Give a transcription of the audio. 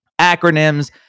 acronyms